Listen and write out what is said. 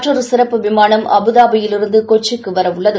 மற்றொரு சிறப்பு விமானம் அபுதாபியிலிருந்து கொச்சிக்கு வர உள்ளது